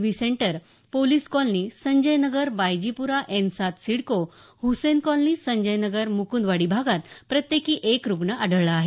V centre police colony Sanjay Nagar बायजीप्रा N सात CIDCO Hussain colony Sanjay Nagar Mukundwadi भागात प्रत्येकी एक रुग्ण आढळला आहे